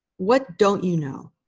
what don't you know?